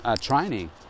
training